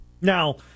Now